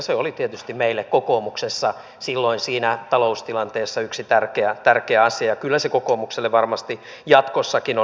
se oli tietysti meille kokoomuksessa silloin siinä taloustilanteessa yksi tärkeä asia ja kyllä se kokoomukselle varmasti jatkossakin on